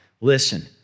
Listen